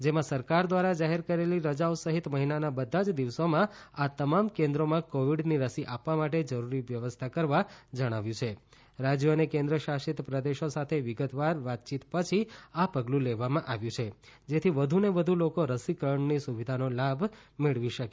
જેમાં સરકાર દ્વારા જાહેર કરેલી રજાઓ સહિત મહિનાના બધા જ દિવસોમાં આ તમામ કેન્દ્રોમાં કોવિડની રસી આપવા માટે જરૂરી વ્યવસ્થા કરવા જણાવ્યું છાં રાજ્યો અને કેન્દ્રશાસિત પ્રદેશો સાથે વિગતવાર વાતચીત પછી આ પગલું લેવામાં આવ્યું છે જેથી વધુને વધુ લોકો રસીકરણની સુવિધાનો લાભ મેળવી શકે